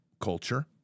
culture